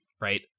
right